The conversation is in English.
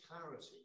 clarity